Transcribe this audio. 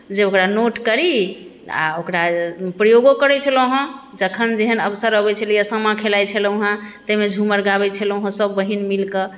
जे ओकरा नोट करी आ ओकरा प्रयोगो करैत छलहुँ हेँ जखन जेहन अवसर अबैत छलैए सामा खेलाइत छलहुँ हेँ ताहिमे झूमर गाबैत छलहुँ सभबहिन मिल कऽ